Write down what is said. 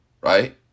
right